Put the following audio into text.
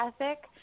ethic